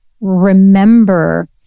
remember